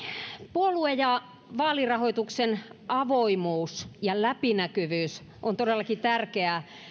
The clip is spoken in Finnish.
puolue ja vaalirahoituksen avoimuus ja läpinäkyvyys on todellakin tärkeää